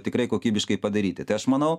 tikrai kokybiškai padaryti tai aš manau